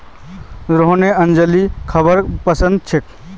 रोहिणीक अंजीर खाबा पसंद छेक